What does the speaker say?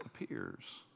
appears